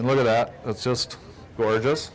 and look at that it's just gorgeous